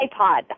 iPod